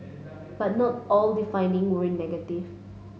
but not all the finding were negative